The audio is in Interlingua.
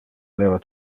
leva